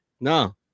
No